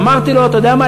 אמרתי לו: אתה יודע מה,